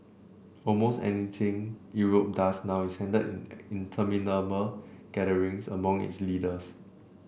almost anything Europe does now is handled in interminable gatherings among its leaders